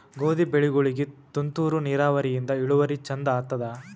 ಗೋಧಿ ಬೆಳಿಗೋಳಿಗಿ ತುಂತೂರು ನಿರಾವರಿಯಿಂದ ಇಳುವರಿ ಚಂದ ಆತ್ತಾದ?